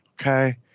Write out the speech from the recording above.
Okay